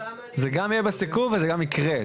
זה גם יהיה בסיכום וזה גם יקרה,